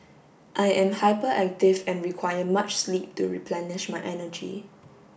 I am hyperactive and require much sleep to replenish my energy